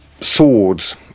swords